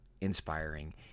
inspiring